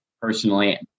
personally